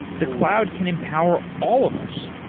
the cloud can empower all of us,